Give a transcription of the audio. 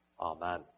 Amen